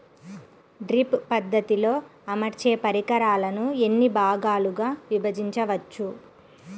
Drip పద్ధతిలో అమర్చే పరికరాలను ఎన్ని భాగాలుగా విభజించవచ్చు?